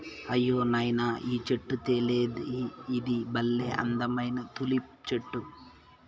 అయ్యో నాయనా ఈ చెట్టు తెలీదా ఇది బల్లే అందమైన తులిప్ చెట్టు